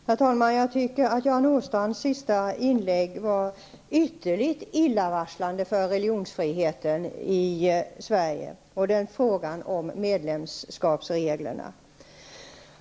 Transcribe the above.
Herr talman! Jag tycker att Göran Åstrands senaste inlägg var ytterligt illavarslande för religionsfriheten Sverige och frågan om medlemskapsreglerna.